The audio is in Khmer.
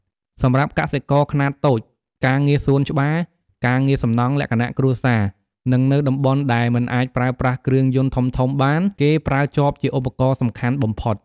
សម្រាប់កសិករខ្នាតតូច ការងារសួនច្បារ ការងារសំណង់លក្ខណៈគ្រួសារ និងនៅតំបន់ដែលមិនអាចប្រើប្រាស់គ្រឿងយន្តធំៗបាន គេប្រើចបជាឧបករណ៍សំខាន់បំផុត។